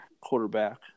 Quarterback